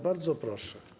Bardzo proszę.